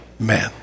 Amen